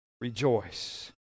rejoice